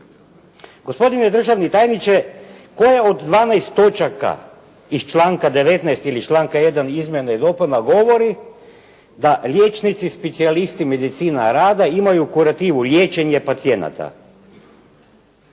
Gospodine državni tajniče koja od 12 točaka iz članka 19. ili članka 1. izmjena i dopuna govori da liječnici specijalisti medicina rada imaju kurativu liječenje pacijenata?